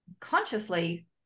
consciously